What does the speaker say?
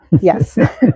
Yes